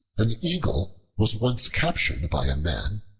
an eagle was once captured by a man,